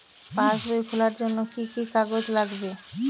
পাসবই খোলার জন্য কি কি কাগজ লাগবে?